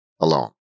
alone